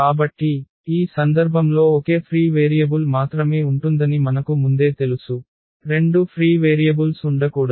కాబట్టి ఈ సందర్భంలో ఒకే ఫ్రీ వేరియబుల్ మాత్రమే ఉంటుందని మనకు ముందే తెలుసు రెండు ఫ్రీ వేరియబుల్స్ ఉండకూడదు